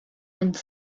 and